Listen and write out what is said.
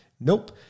Nope